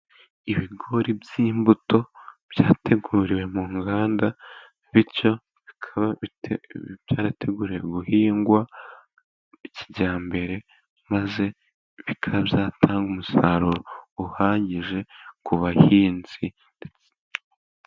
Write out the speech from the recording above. Ibigori by'imbuto byateguriwe mu nganda bityo bikaba byateguriwe guhingwa kijyambere ,maze bikazatanga umusaruro uhagije ku bahinzi .